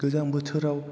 गोजां बोथोराव